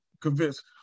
convinced